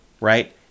right